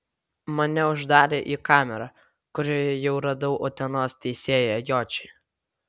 mane uždarė į kamerą kurioje jau radau utenos teisėją jočį